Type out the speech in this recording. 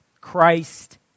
Christ